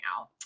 out